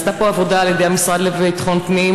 נעשתה פה עבודה על ידי המשרד לביטחון פנים,